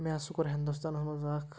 مےٚ ہسا کوٚر ہِندوستانَس منٛز اَکھ